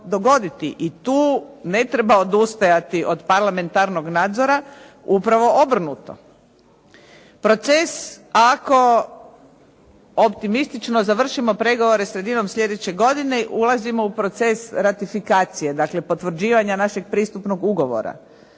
i tu ne treba odustati od parlamentarnog nadzora upravo obrnuto. Proces, ako optimistično završimo pregovore sredinom sljedeće godine ulazimo u proces ratifikacije, znači potvrđivanja našeg pristupnog ugovora,